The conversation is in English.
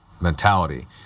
mentality